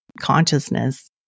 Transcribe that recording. consciousness